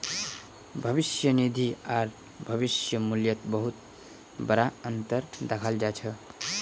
भविष्य निधि आर भविष्य मूल्यत बहुत बडा अनतर दखाल जा छ